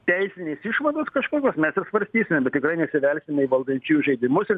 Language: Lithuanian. teisinės išvados kažkokios mes ir svarstysime bet tikrai nesivelsime į valdančiųjų žaidimus ir